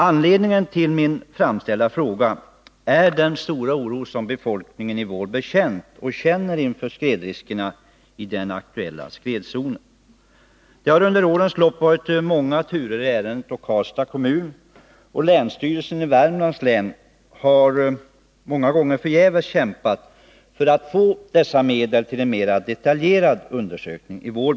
Anledningen till min fråga är den stora oro som befolkningen i Vålberg känt och känner inför skredriskerna i den aktuella zonen. Det har under årens lopp varit många turer i ärendet, och Karlstads kommun och länsstyrelsen i Värmlands län har förgäves kämpat för att få medel till en mera detaljerad undersökning i Vålberg.